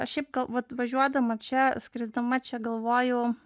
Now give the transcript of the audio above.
šiaip gal vat važiuodama čia skrisdama čia galvojau